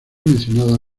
mencionada